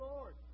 Lord